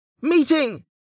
Meeting